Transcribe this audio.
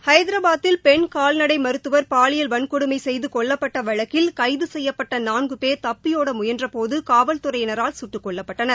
ஐதராபாத்தில் பெண் கால்நடை மருத்துவரை பாலியல் வன்கொடுமை செய்து கொல்லப்பட்ட வழக்கில் கைது செய்யப்பட்ட நான்கு பேர் தப்பியோட முயன்றபோது காவல்துறையினரால் கட்டு கொல்லப்பட்டனர்